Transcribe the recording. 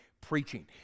preaching